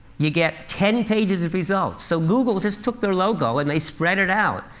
you get ten pages of results. so google just took their logo and they spread it out.